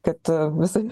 kad visa